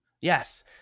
Yes